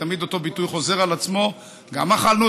ותמיד אותו ביטוי חוזר על עצמו: גם אכלנו